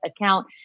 account